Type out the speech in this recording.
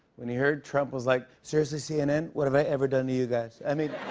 when he heard, trump was like, seriously, cnn, what have i ever done to you guys? i mean